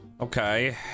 Okay